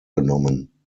genommen